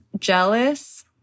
Jealous